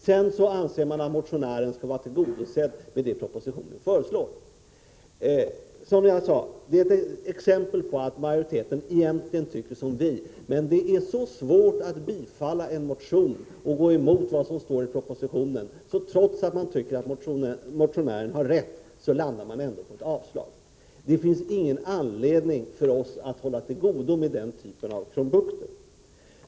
Sedan anser man att motionens krav är tillgodosedda med det som föreslås i propositionen. Som jag sade: Detta är ett exempel på att majoriteten egentligen tycker som vi, men det är så svårt att bifalla en motion och gå emot vad som står i propositionen, att trots att man tycker att motionären har rätt bestämmer man sig för ett avslagsyrkande. Det finns ingen anledning för oss att hålla till godo med den typen av krumbukter.